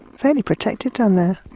fairly protected down there.